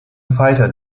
fighter